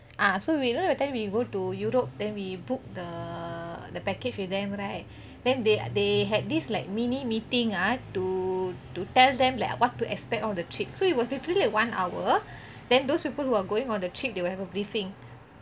ah so we remember that time we go to europe then we book the the package with them right then they they had this like mini meeting ah to to tell them like what to expect out of the trip so it was literally a one hour then those who put who are going on the trip will have a briefing